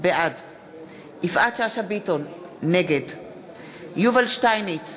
בעד יפעת שאשא ביטון, נגד יובל שטייניץ,